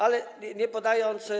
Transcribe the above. Ale nie podając.